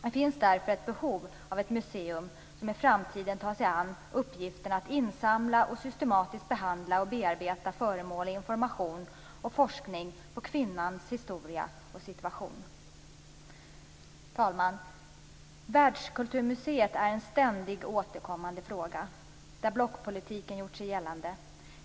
Det finns därför ett behov av ett museum som i framtiden tar sig an uppgiften att insamla, systematiskt behandla och bearbeta föremål, information och forskning om kvinnans historia och situation. Fru talman! Världskulturmuseet är en ständigt återkommande fråga, där blockpolitiken gjort sig gällande.